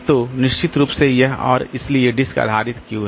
तो निश्चित रूप से यह और इसलिए डिस्क आधारित क्यू है